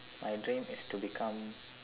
my dream is to become